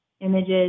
images